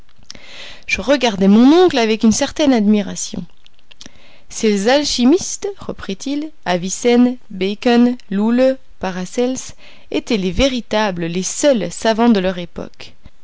je regardai mon oncle avec une certaine admiration ces alchimistes reprit-il avicenne bacon lulle paracelse étaient les véritables les seuls savants de leur époque